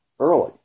early